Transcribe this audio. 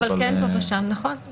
פה ושם זה המקרה